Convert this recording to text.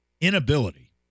inability